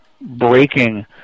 breaking